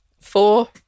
Four